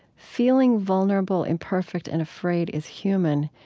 feeling vulnerable, imperfect, and afraid is human.